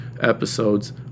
episodes